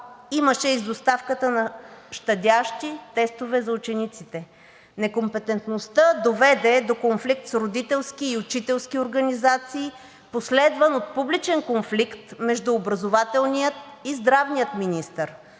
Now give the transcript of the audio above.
имаше и с доставката на щадящи тестове за учениците. Некомпетентността доведе до конфликт с родителски и учителски организации, последван от публичен конфликт между образователния и здравния министър.